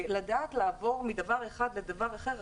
לדעת לעבור מדבר אחד לדבר אחר,